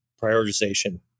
prioritization